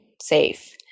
safe